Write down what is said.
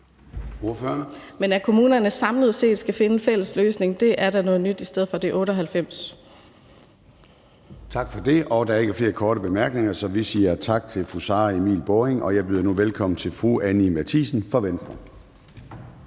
(S): At kommunerne samlet set skal finde en fælles løsning, er da noget nyt – i stedet for de 98. Kl. 10:36 Formanden (Søren Gade): Tak for det. Der er ikke flere korte bemærkninger, så vi siger tak til fru Sara Emil Baaring. Og jeg byder nu velkommen til fru Anni Matthiesen fra Venstre.